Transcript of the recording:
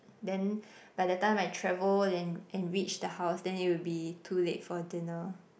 then by the time I travel and and reach the house then it would be too late for dinner